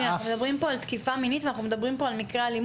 אנחנו מדברים על תקיפה מינית ומקרה אלימות.